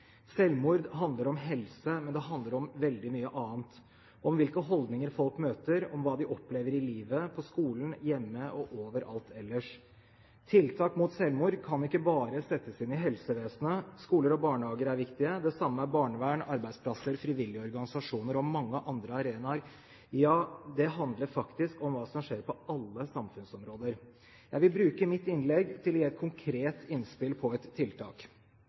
Selvmord handler om helse, men det handler om veldig mye annet: om hvilke holdninger folk møter, om hva de opplever i livet, på skolen, hjemme og overalt ellers. Tiltak mot selvmord kan ikke bare settes inn i helsevesenet. Skoler og barnehager er viktige, det samme er barnevern, arbeidsplasser, frivillige organisasjoner og mange andre arenaer. Ja, det handler faktisk om hva som skjer på alle samfunnsområder. Jeg vil bruke mitt innlegg til å gi et konkret innspill på et tiltak.